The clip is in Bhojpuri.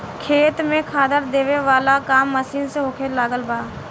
खेत में खादर देबे वाला काम मशीन से होखे लागल बा